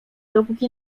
dopóki